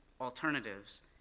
alternatives